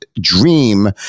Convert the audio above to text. dream